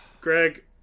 Greg